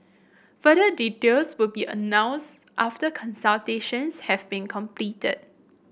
further details will be announced after consultations have been completed